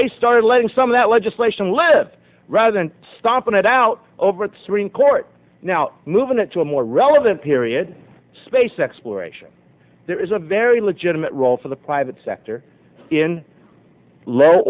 they started letting some of that legislation live rather than stomping it out overexerting court now moving it to a more relevant period space exploration there is a very legitimate role for the private sector in low